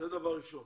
לכן